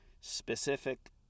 specific